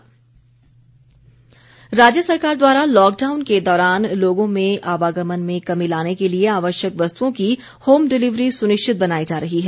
जयराम राज्य सरकार द्वारा लॉकडाउन के दौरान लोगों के आवागमन में कमी लाने के लिए आवश्यक वस्तुओं की होम डिलीवरी सुनिश्चित बनाई जा रही है